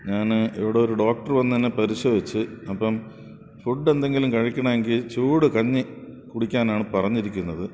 ഞാന് ഇവിടെ ഒരു ഡോക്ടർ വന്ന് എന്നെ പരിശോധിച്ച് അപ്പോള് ഫുഡ് എന്തെങ്കിലും കഴിക്കണമെങ്കില് ചൂട് കഞ്ഞി കുടിക്കാനാണ് പറഞ്ഞിരിക്കുന്നത്